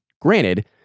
granted